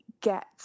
get